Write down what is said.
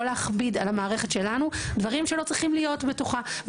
להכביד על המערכת שלנו דברים שלא צריכים להיות בתוכה.